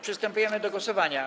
Przystępujemy do głosowania.